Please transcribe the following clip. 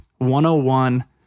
101